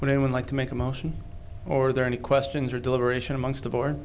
would like to make a motion or are there any questions or deliberation amongst the board